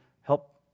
help